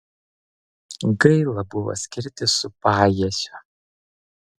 gaila buvo skirtis su pajiesiu